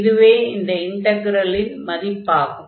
இதுவே இந்த இன்டக்ரலின் மதிப்பாகும்